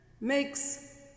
makes